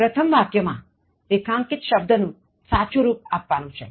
પ્રથમ વાક્યમાં રેખાંકિત શબ્દનું સાચું રુપ આપવાનું છે